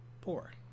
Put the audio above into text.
poor